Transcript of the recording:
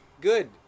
Good